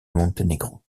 monténégro